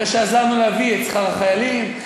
אחרי שעזרנו להביא את שכר החיילים,